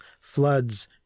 floods